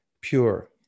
pure